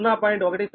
10 p